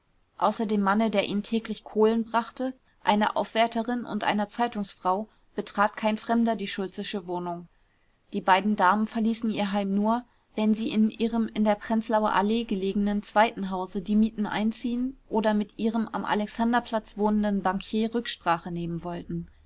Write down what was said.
dem manne der ihnen täglich kohlen brachte einer aufwärterin und einer zeitungsfrau betrat kein fremder die schultzesche wohnung die beiden damen verließen ihr heim nur wenn sie in ihrem in der prenzlauer allee belegenen zweiten hause die mieten einziehen oder mit ihrem am alexanderplatz wohnenden bankier rücksprache nehmen wollten